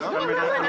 לא.